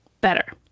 better